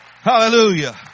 Hallelujah